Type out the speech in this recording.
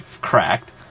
cracked